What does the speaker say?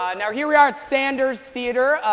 ah now, here we are at sanders theater.